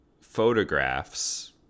photographs